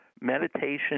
Meditation